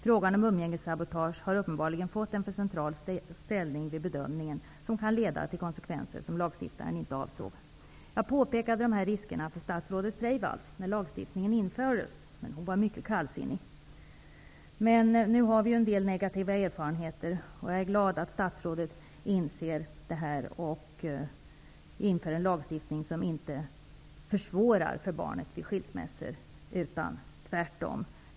Frågan om umgängessabotage har uppenbarligen fått en för central ställning vid bedömningen, som kan få konsekvenser som lagstiftaren inte avsåg. Jag påpekade dessa risker för statsrådet Freivalds när lagen infördes, men hon var mycket kallsinnig. Nu har vi fått en del negativa erfarenheter, och jag är glad att statsrådet Laurén inser det och inför en lag som inte försvårar för barnet vid skilsmässor utan tvärtom.